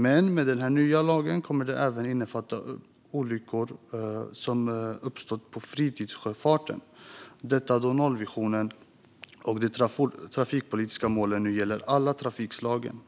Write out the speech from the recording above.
Men den nya lagen kommer även att innefatta olyckor som uppstått i fritidssjöfarten, detta då nollvisionen och de trafikpolitiska målen nu gäller alla trafikslag. En annan ändring